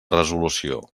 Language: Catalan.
resolució